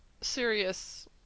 serious